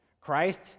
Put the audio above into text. Christ